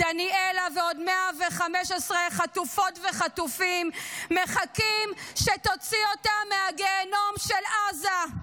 דניאלה ועוד 115 חטופות וחטופים מחכים שתוציא אותם מהגיהינום של עזה.